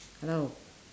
hello